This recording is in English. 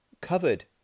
covered